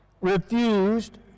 refused